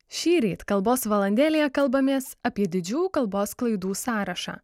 šįryt kalbos valandėlėje kalbamės apie didžiųjų kalbos klaidų sąrašą